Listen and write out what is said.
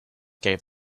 gave